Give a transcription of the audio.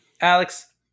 Alex